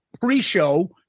pre-show